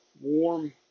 warm